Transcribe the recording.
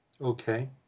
Okay